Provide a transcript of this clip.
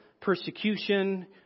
persecution